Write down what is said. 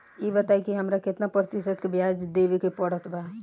ई बताई की हमरा केतना प्रतिशत के ब्याज देवे के पड़त बा?